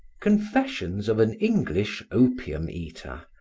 confessions of an english opium-eater,